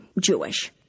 Jewish